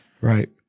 Right